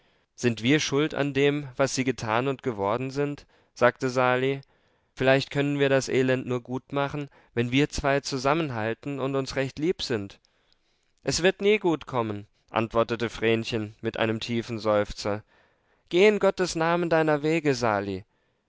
sind wir schuld an dem was sie getan und geworden sind sagte sali vielleicht können wir das elend nur gutmachen wenn wir zwei zusammenhalten und uns recht lieb sind es wird nie gut kommen antwortete vrenchen mit einem tiefen seufzer geh in gottes namen deiner wege sali